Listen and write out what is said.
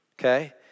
okay